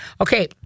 okay